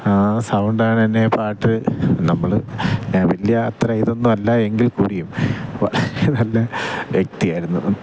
സൗണ്ടാണെന്നെ പാട്ട് നമ്മൾ വലിയ അത്ര ഇതൊന്നുമല്ല എങ്കിൽ കൂടിയും നല്ല വ്യക്തിയായിരുന്നു